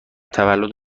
تولد